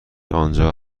آنجا